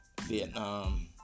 Vietnam